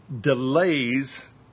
delays